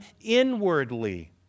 inwardly